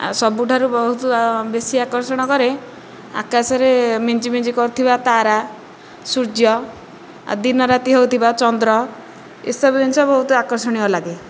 ଆଉ ସବୁଠାରୁ ବହୁତ ଆଉ ବେଶୀ ଆକର୍ଷଣ କରେ ଆକାଶରେ ମିଞ୍ଜି ମିଞ୍ଜି କରୁଥିବା ତାରା ସୂର୍ଯ୍ୟ ଆଉ ଦିନ ରାତି ହେଉଥିବା ଚନ୍ଦ୍ର ଏସବୁ ଜିନିଷ ବହୁତ ଆକର୍ଷଣୀୟ ଲାଗେ